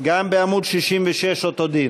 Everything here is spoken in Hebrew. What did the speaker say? וגם בעמוד 66. גם בעמוד 66 אותו דין.